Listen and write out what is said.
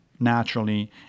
naturally